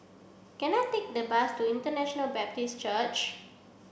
can I take the bus to International Baptist Church